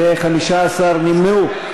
ו-15 נמנעו.